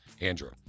Andrew